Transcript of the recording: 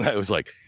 i was like,